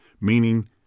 meaning